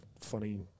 funny